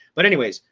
but anyways,